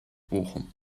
bochum